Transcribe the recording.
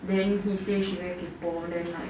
then he say she very kaypoh then like